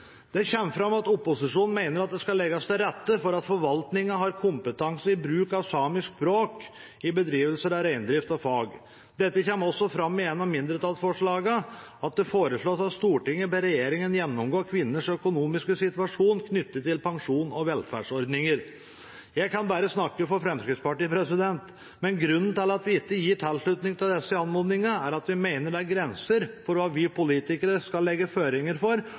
Det kommer fram at opposisjonen mener at det skal legges til rette for at forvaltningen har kompetanse i bruk av samisk språk i beskrivelser av reindrift og fag. Det kommer også fram i et av mindretallsforslagene der det foreslås: «Stortinget ber regjeringen gjennomgå kvinners økonomisk situasjon knyttet til pensjon og velferdsordninger.» Jeg kan bare snakke for Fremskrittspartiet. Grunnen til at vi ikke gir vår tilslutning til disse anmodningene, er at vi mener det er grenser for hva vi politikere skal legge føringer for,